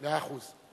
מאה אחוז.